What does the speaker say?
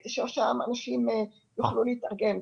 כדי שאנשים יוכלו להתארגן.